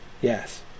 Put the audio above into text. yes